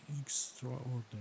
extraordinary